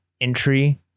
entry